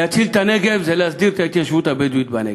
להציל את הנגב זה להסדיר את ההתיישבות הבדואית בנגב,